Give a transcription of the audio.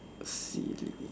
silly